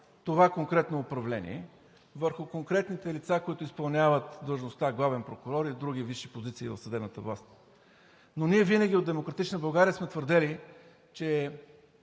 това конкретно управление, върху конкретните лица, които изпълняват длъжността „Главен прокурор“ и други висши позиции в съдебната власт, но ние винаги от „Демократична България“ сме твърдели, че